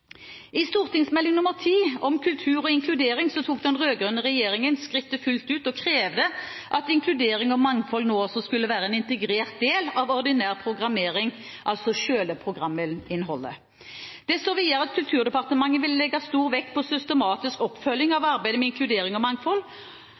I Meld. St. 10 for 2011–2012 Kultur, inkludering og deltaking tok den rød-grønne regjeringen skrittet fullt ut og krevde at inkludering og mangfold også skulle være en integrert del av ordinær programmering – altså selve programinnholdet. Det står videre at Kulturdepartementet ville legge stor vekt på systematisk oppfølging av